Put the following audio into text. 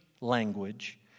language